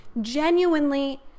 genuinely